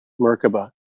Merkaba